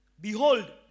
Behold